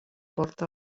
porta